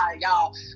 y'all